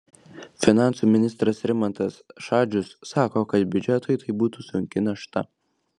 finansų ministras rimantas šadžius sako kad biudžetui tai būtų sunki našta